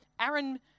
Aaron